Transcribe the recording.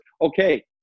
Okay